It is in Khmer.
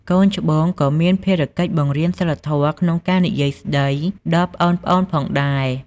កូនច្បងក៏មានភារកិច្ចបង្រៀនសីលធម៌ក្នុងការនិយាយស្ដីដល់ប្អូនៗផងដែរ។